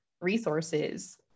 resources